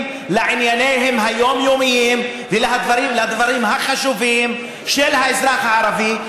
לענייניהם היומיומיים ולדברים החשובים של האזרח הערבי.